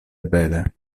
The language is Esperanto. bele